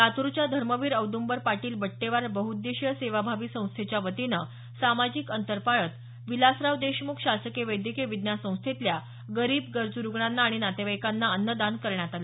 लातूरच्या धर्मवीर आैदंबर पाटील बट्टेवार बहउद्देशीय सेवाभावी संस्थेच्या वतीनं सामाजिक अंतर पाळत विलासराव देशमुख शासकीय वैद्यकीय विज्ञान संस्थेतल्या गरीब गरजू रूग्णांना आणि नातेवाईकांना अन्नदान करण्यात आलं